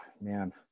man